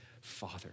Father